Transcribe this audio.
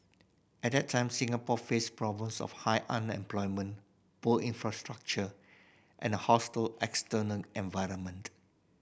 at that time Singapore faced problems of high unemployment poor infrastructure and a hostile external environment